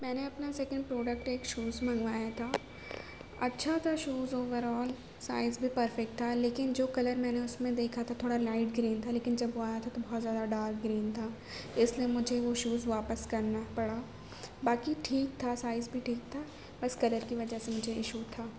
میں نے اپنا سیکنڈ پروڈکٹ ایک شوز منگوایا تھا اچھا تھا شوز اور آل سائز بھی پرفیکٹ تھا لیکن جو کلر میں نے اس میں دیکھا تھا تھوڑا لائٹ گرین تھا لیکن جب وہ آیا تھا تو بہت زیادہ ڈارک گرین تھا اس لیے مجھے وہ شوز واپس کرنا پڑا باقی ٹھیک تھا سائز بھی ٹھیک تھا بس کلر کی وجہ سے مجھے اشو تھا